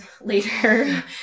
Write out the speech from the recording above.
later